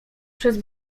przez